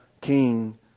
King